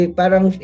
parang